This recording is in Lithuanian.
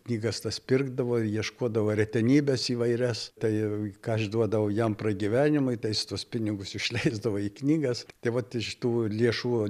knygas tas pirkdavo ir ieškodavo retenybes įvairias tai ką aš duodavau jam pragyvenimui tai jis tuos pinigus išleisdavo į knygas tai vat iš tų lėšų